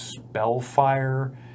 Spellfire